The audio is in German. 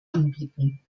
anbieten